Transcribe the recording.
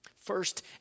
First